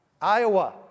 Iowa